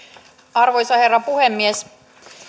arvoisa herra puhemies